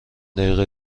دقیقه